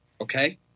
okay